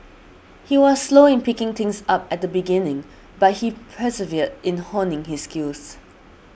he was slow in picking things up at the beginning but he persevered in honing his skills